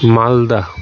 Malda